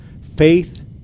faith